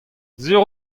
sur